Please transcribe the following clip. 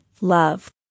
love